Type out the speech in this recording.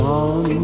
on